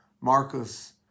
Marcus